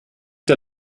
der